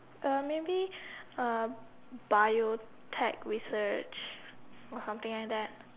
uh maybe uh Biotech research or something like that